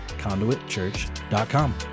ConduitChurch.com